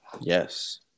Yes